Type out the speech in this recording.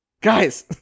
Guys